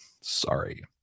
sorry